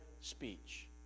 speech